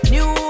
New